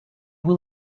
will